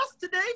today